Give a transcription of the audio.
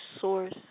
source